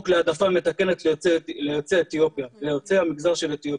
להעדפה מתקנת ליוצאי המגזר של אתיופיה,